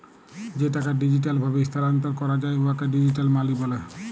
যে টাকা ডিজিটাল ভাবে ইস্থালাল্তর ক্যরা যায় উয়াকে ডিজিটাল মালি ব্যলে